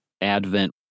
Advent